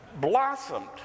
blossomed